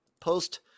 post